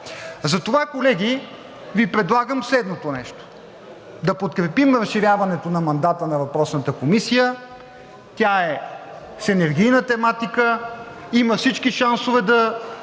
Затова, колеги, Ви предлагам следното нещо: да подкрепим разширяването на мандата на въпросната комисия. Тя е с енергийна тематика, има всички шансове да